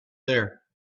there